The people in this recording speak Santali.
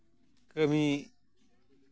ᱠᱟᱹᱢᱤ